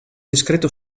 discreto